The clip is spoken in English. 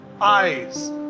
eyes